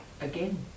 again